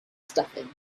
stuffing